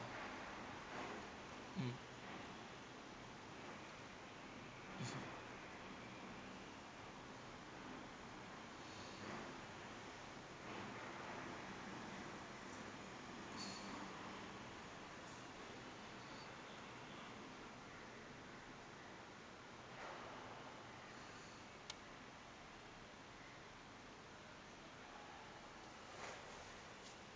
mm mmhmm